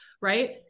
right